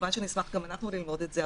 כמובן שנשמח גם אנחנו ללמוד את זה,